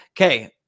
Okay